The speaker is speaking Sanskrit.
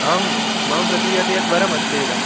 आम् मम प्रतीयते यत् वरमस्ति इदं